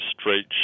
straight